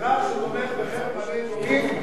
אזרח שתומך בחרם במעלה-אדומים,